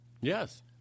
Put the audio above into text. Yes